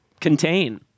contain